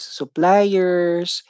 suppliers